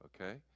Okay